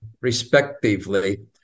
respectively